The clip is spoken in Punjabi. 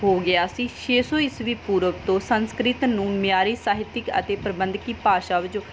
ਹੋ ਗਿਆ ਸੀ ਛੇ ਸੌ ਈਸਵੀ ਪੂਰਬ ਤੋਂ ਸੰਸਕ੍ਰਿਤ ਨੂੰ ਮਿਆਰੀ ਸਾਹਿਤਿਕ ਅਤੇ ਪ੍ਰਬੰਧਕੀ ਭਾਸ਼ਾ ਵਿੱਚ